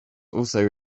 also